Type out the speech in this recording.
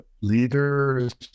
leaders